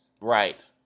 Right